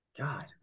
God